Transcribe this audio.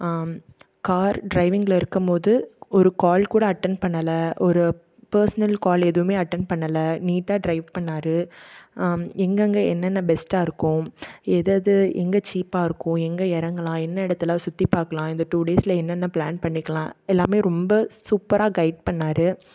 car டிரைவிங்கில் இருக்கும் போது ஒரு கால் கூட அட்டன்ட் பண்ணலை ஒரு பர்சனல் கால் எதுவுமே அட்டன் பண்ணலை நீட்டாக டிரைவ் பண்ணிணாரு எங்கெங்கே என்னென்ன பெஸ்ட்டாக இருக்கும் எதெது எங்கே சீப்பாக இருக்கும் எங்கே இறங்கலாம் என்ன இடத்தலான் சுற்றி பார்க்கலான் இந்த டூ டேஸில் என்னென்ன பிளான் பண்ணிக்கலாம் எல்லாமே ரொம்ப சூப்பராக கையிட் பண்ணிணாரு